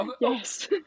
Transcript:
Yes